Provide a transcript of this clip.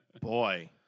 Boy